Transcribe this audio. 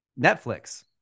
Netflix